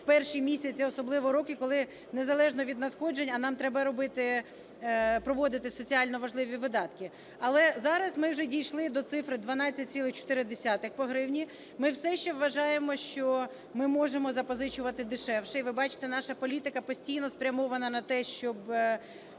в перші місяці, особливо роки, коли незалежно від надходжень, а нам треба робити, проводити соціально важливі видатки. Але зараз ми вже дійшли до цифри 12,4 по гривні. Ми все ще вважаємо, що ми можемо запозичувати дешевше. І ви бачите, наша політика постійно спрямована на те, щоб